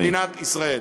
אש במדינת ישראל.